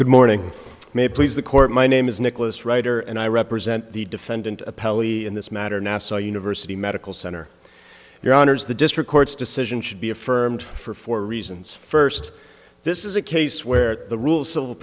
good morning may please the court my name is nicholas writer and i represent the defendant appellee in this matter nassau university medical center your honour's the district court's decision should be affirmed for four reasons first this is a case where the rules civil